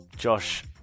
Josh